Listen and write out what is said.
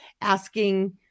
asking